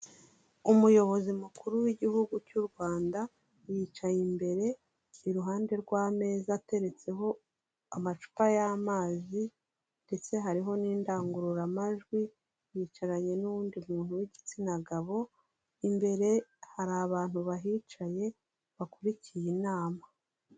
Umuyobozi mukuru w'Igihugu cy'u Rwanda, yicaye imbere iruhande rw'ameza ateretseho amacupa y'amazi ndetse hariho n'indangururamajwi, yicaranye n'uwundi muntu w'igitsina gabo, imbere hari abantu bahicaye bakurikiye inama.